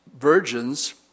virgins